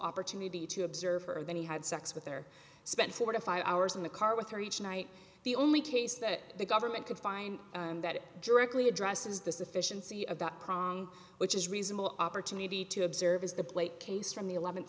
opportunity to observe her than he had sex with or spent four to five hours in the car with her each night the only case that the government could find that directly addresses the sufficiency about prom which is reasonable opportunity to observe is the blake case from the eleventh